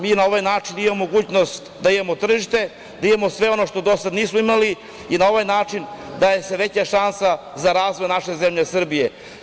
Mi na ovaj način imamo mogućnost da imamo tržište, da imamo sve ono što do sada nismo imali i na ovaj način daje se veća šansa za razvoj naše zemlje Srbije.